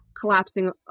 collapsing